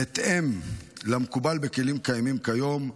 בהתאם למקובל בכלים הקיימים כיום,